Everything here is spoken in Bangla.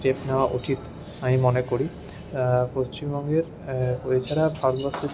স্টেপ নেওয়া উচিত আমি মনে করি পশ্চিমবঙ্গের এছাড়া ভারতবর্ষের